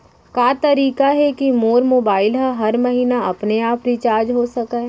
का तरीका हे कि मोर मोबाइल ह हर महीना अपने आप रिचार्ज हो सकय?